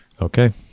Okay